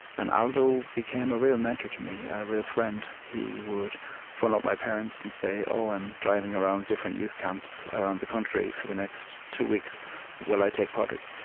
and aldo became a real mentor to me, a real friend. he would phone up my parents and say, oh, i'm driving around different youth camps around the country for the next two weeks will i take padraig?